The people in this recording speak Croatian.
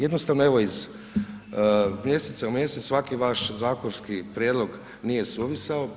Jednostavno evo iz mjeseca u mjesec svaki vaš zakonski prijedlog nije suvisao.